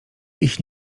ich